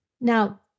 Now